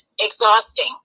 exhausting